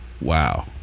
Wow